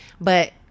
But-